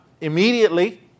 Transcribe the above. immediately